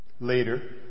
Later